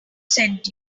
sent